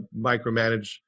micromanage